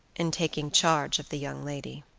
in taking charge of the young lady.